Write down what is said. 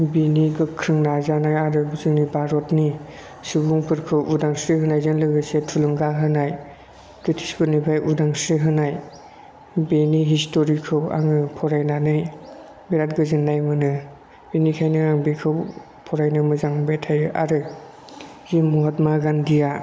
बिनि गोख्रों नाजानाय आरो जोंनि भारतनि सुबुंफोरखौ उदांस्रि होनायजों लोगोसे थुलुंगा होनाय बृटिसफोरनिफ्राय उदांस्रि होनाय बिनि हिस्थ'रिखौ आङो फरायनानै बिराथ गोजोननाय मोनो बिनिखायनो आं बिखौ फरायनो मोजां मोनबाय थायो आरो जिउ महात्मा गान्धीआ